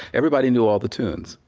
everybody knew all the tunes,